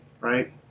Right